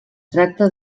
tracta